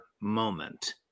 moment